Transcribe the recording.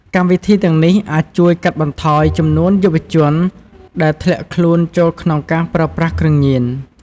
កម្មវិធីទាំងនេះអាចជួយកាត់បន្ថយចំនួនយុវជន ដែលធ្លាក់ខ្លួនចូលក្នុងការប្រើប្រាស់គ្រឿងញៀន។